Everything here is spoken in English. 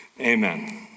amen